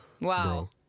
Wow